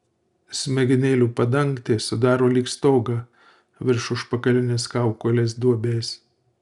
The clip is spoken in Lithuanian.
smegenėlių padangtė sudaro lyg stogą virš užpakalinės kaukolės duobės